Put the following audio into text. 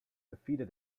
defeated